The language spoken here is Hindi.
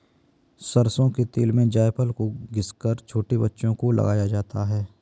सरसों के तेल में जायफल को घिस कर छोटे बच्चों को लगाया जाता है